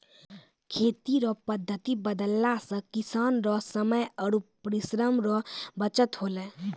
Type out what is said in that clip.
खेती रो पद्धति बदलला से किसान रो समय आरु परिश्रम रो बचत होलै